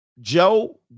Joe